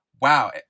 Wow